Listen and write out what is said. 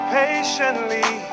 patiently